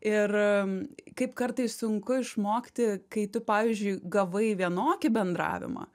ir kaip kartais sunku išmokti kai tu pavyzdžiui gavai vienokį bendravimą